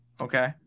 Okay